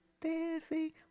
dancing